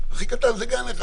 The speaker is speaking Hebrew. הכי קטן זה גן אחד.